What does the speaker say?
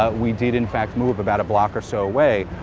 ah we did, in fact, move about a block or so away.